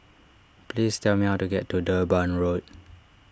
please tell me how to get to Durban Road